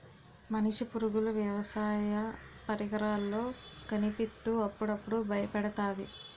మనిషి పరుగులు వ్యవసాయ పరికరాల్లో కనిపిత్తు అప్పుడప్పుడు బయపెడతాది